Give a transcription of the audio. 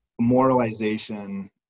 moralization